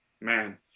man